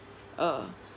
uh